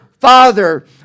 Father